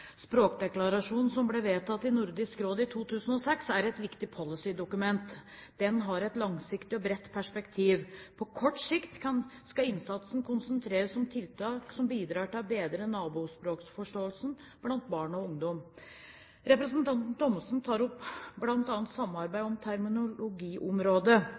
Språkdeklarasjonen som ble vedtatt av Nordisk Råd i 2006, er et viktig policydokument. Den har et langsiktig og bredt perspektiv. På kort sikt skal innsatsen konsentreres om tiltak som bidrar til å bedre nabospråkforståelsen blant barn og ungdom. Representanten Thommessen tar opp